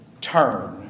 Turn